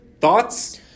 Thoughts